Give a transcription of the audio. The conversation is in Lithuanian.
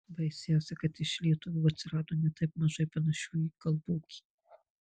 baisiausia kad iš lietuvių atsirado ne taip mažai panašių į galbuogį